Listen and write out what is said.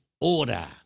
order